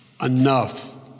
enough